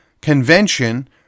convention